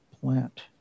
plant